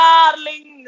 Darling